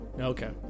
Okay